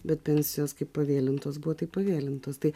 bet pensijos kaip pavėlintos buvo tai pavėlintos tai